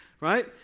right